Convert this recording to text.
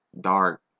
dark